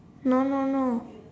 no no no